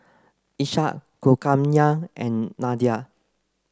Ishak Kulkarnain and Nadia